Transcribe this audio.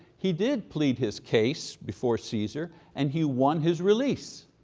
he did plead his case before caesar and he won his release.